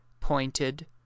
pointed